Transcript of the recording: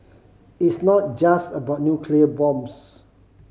it's not just about nuclear bombs